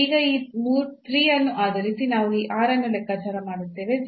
ಈಗ ಈ 3 ಅನ್ನು ಆಧರಿಸಿ ನಾವು ಈ r ಅನ್ನು ಲೆಕ್ಕಾಚಾರ ಮಾಡುತ್ತೇವೆ